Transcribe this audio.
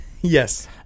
Yes